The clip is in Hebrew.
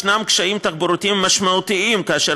ישנם קשיים תחבורתיים משמעותיים כאשר